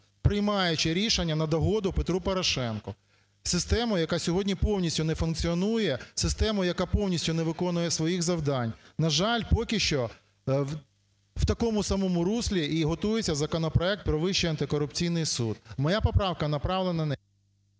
приймаючи рішення на догоду Петру Порошенку – систему, яка сьогодні повністю не функціонує, систему, яка повністю не виконує своїх завдань. На жаль, поки що в такому самому руслі і готується законопроект про Вищий антикорупційний суд. Моя поправка направлена на…